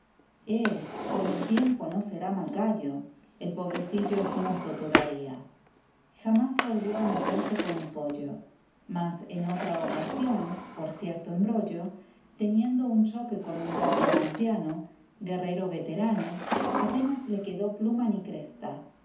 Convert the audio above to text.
con el tiempo no será mal gallo el pobrecillo es mozo todavía jamás volvió a meterse con el pollo mas en otra ocasión por cierto embrollo teniendo un choque con un gallo anciano guerrero veterano apenas le quedó pluma ni cresta